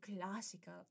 classical